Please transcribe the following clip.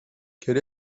quel